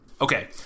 Okay